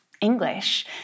English